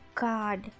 god